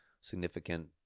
significant